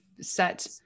set